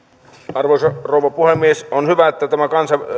arvoisa rouva puhemies on hyvä että tämä